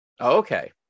Okay